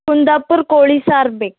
ಕುಂದಾಪುರ್ ಕೋಳಿ ಸಾರು ಬೇಕು